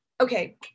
Okay